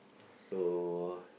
so